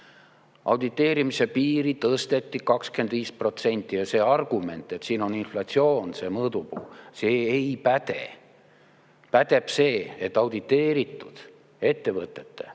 Auditeerimise piiri tõsteti 25% ja see argument, et siin on inflatsioon see mõõdupuu, see ei päde. Pädeb see, et auditeeritud ettevõtete